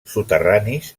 soterranis